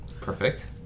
perfect